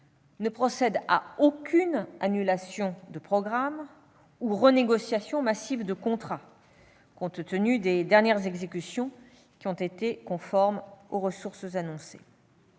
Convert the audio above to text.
ne procède à aucune annulation de programme ou renégociation massive de contrats, compte tenu des dernières exécutions qui ont été conformes aux ressources annoncées.